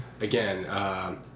again